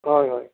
হয় হয়